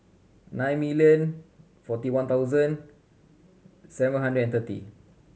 nine million forty one thousand seven hundred and thirty